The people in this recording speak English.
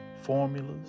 formulas